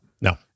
No